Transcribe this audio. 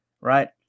Right